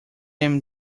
aim